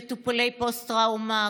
מטופלי פוסט-טראומה,